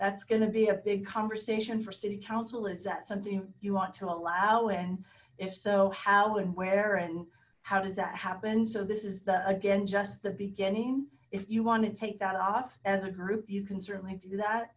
that's going to be a big conversation for city council is that something you want to allow and if so how and where and how does that happen so this is the again just at the beginning if you want to take that off as a group you can certainly do that